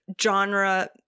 genre